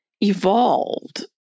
evolved